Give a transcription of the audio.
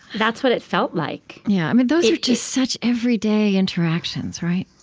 that's what it felt like yeah. those are just such everyday interactions, right?